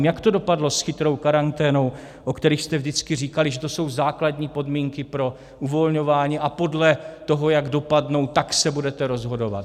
Jak to dopadlo s chytrou karanténou, o kterých jste vždycky říkali, že to jsou základní podmínky pro uvolňování a podle toho, jak dopadnou, se budete rozhodovat?